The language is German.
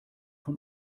von